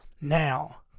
now